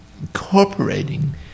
incorporating